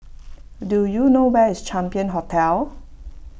do you know where is Champion Hotel